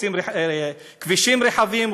רוצים כבישים רחבים,